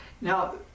Now